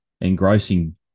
engrossing